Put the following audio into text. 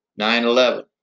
9-11